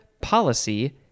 policy